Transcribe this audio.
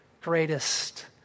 greatest